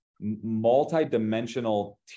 multi-dimensional